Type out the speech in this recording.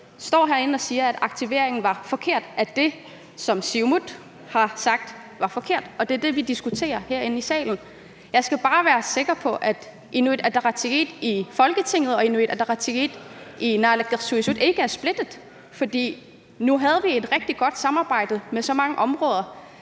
står herinde og siger, at aktiveringen var forkert, og at det, som Siumut har sagt, var forkert. Det er det, vi diskuterer herinde i salen. Jeg skal bare være sikker på, at Inuit Ataqatigiit i Folketinget og Inuit Ataqatigiit i naalakkersuisut ikke er splittet. For nu havde vi et rigtig godt samarbejde på så mange områder.